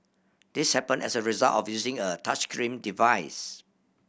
this happened as a result of using a touchscreen device